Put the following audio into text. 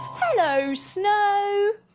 hello snow!